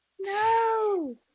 No